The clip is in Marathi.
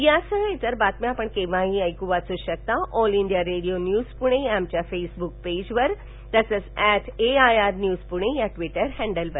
यासह आणि इतर बातम्या आपण केव्हाही वाचू ऐकू शकता आमच्या all India radio news Pune या फेसबुक पेजवर तसंच ऍट एआयआर न्यूज पुणे या ट्विटर हँडलवर